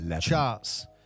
charts